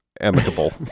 amicable